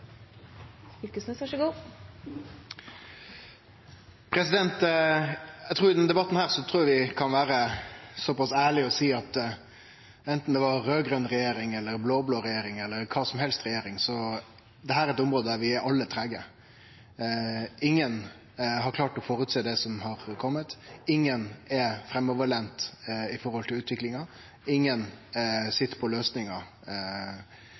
trur eg vi kan vere såpass ærlege og seie at anten det var raud-grøn regjering eller blå-blå regjering eller kva regjering som helst, er dette eit område der vi alle er treige. Ingen har klart å føresjå det som har kome, ingen er framoverretta i utviklinga, ingen